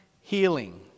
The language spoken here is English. healing